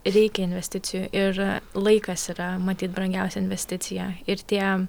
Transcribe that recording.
reikia investicijų ir laikas yra matyt brangiausia investicija ir tie